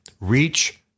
Reach